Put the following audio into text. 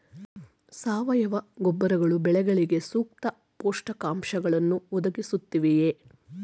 ಸಾವಯವ ಗೊಬ್ಬರಗಳು ಬೆಳೆಗಳಿಗೆ ಸೂಕ್ತ ಪೋಷಕಾಂಶಗಳನ್ನು ಒದಗಿಸುತ್ತವೆಯೇ?